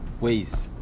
ways